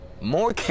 more